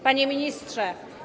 Panie Ministrze!